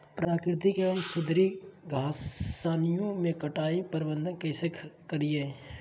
प्राकृतिक एवं सुधरी घासनियों में कटाई प्रबन्ध कैसे करीये?